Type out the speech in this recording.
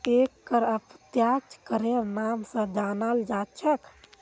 एक कर अप्रत्यक्ष करेर नाम स जानाल जा छेक